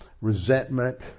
resentment